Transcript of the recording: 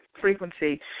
frequency